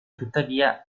tuttavia